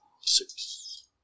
Six